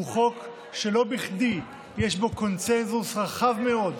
הוא חוק שלא בכדי יש בו קונסנזוס רחב מאוד,